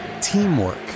Teamwork